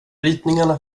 ritningarna